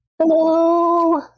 hello